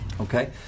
Okay